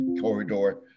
corridor